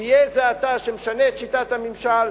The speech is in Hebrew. תהיה זה אתה שמשנה את שיטת הממשל,